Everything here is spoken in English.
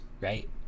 right